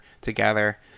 together